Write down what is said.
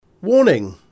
Warning